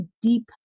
deep